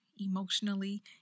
emotionally